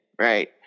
right